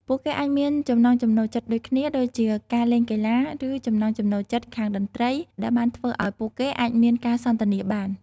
ពួកគេអាចមានចំណង់ចំណូលចិត្តដូចគ្នា ដូចជាការលេងកីឡា ឬចំណង់ចំណូលចិត្តខាងតន្ត្រីដែលបានធ្វើឲ្យពួកគេអាចមានការសន្ទនាបាន។